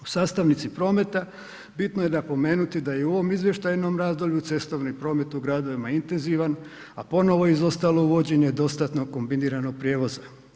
U sastavnici prometa, bitno je napomenuti da i u ovom izvještajnom razdoblju, cestovni promet u gradovima je intenzivan, a ponovno izostalo uvođenje dostatnog kombiniranog prijevoza.